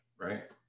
right